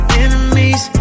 enemies